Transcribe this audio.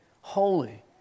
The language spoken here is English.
holy